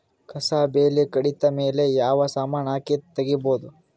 ಕಸಾ ಬೇಲಿ ಕಡಿತ ಮೇಲೆ ಯಾವ ಸಮಾನ ಹಾಕಿ ತಗಿಬೊದ?